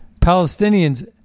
Palestinians